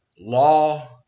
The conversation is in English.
law